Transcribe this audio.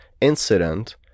incident